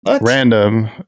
Random